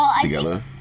together